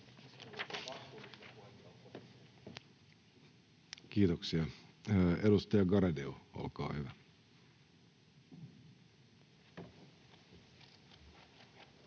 Kiitoksia. — Edustaja Garedew, olkaa hyvä. [Speech